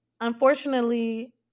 unfortunately